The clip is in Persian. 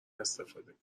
استفاده